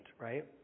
right